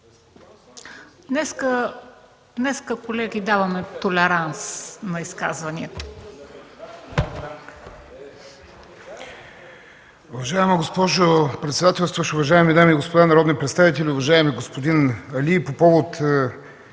Днес, колеги, даваме толеранс на изказванията.